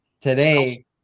Today